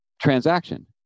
transaction